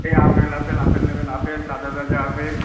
এই apple apple apple নেবেন apple তাজা তাজা আপেল